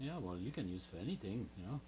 yeah well you can use for anything you know